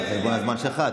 על חשבון הזמן שלך,